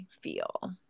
feel